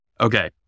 okay